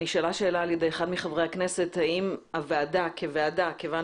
נשאלה שאלה על ידי אחד מחברי הכנסת האם הוועדה כוועדה כיוון